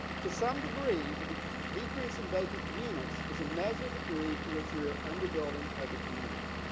to some degree that decrease in vacant units is a measure of the degree to which we are under building as a community.